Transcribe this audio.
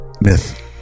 Myth